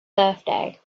birthday